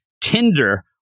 Tinder